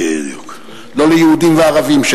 לא ליהודים וערבים,